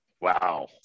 Wow